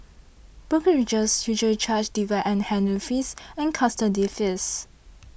brokerages usually charge dividend handling fees and custody fees